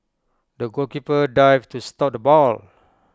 the goalkeeper dived to stop the ball